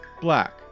black